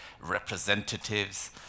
representatives